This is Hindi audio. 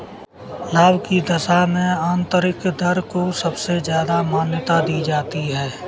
लाभ की दशा में आन्तरिक दर को सबसे ज्यादा मान्यता दी जाती है